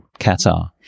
Qatar